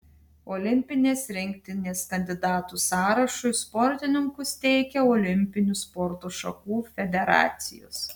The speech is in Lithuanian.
olimpinės rinktinės kandidatų sąrašui sportininkus teikia olimpinių sporto šakų federacijos